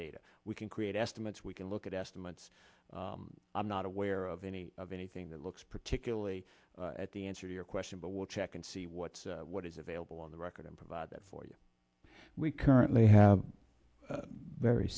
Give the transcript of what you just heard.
data we can create estimates we can look at estimates i'm not aware of any of anything that looks particularly at the answer to your question but we'll check and see what's what is available on the record and provide that for you we currently have very